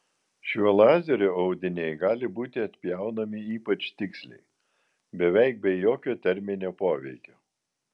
šiuo lazeriu audiniai gali būti atpjaunami ypač tiksliai beveik be jokio terminio poveikio